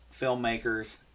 filmmakers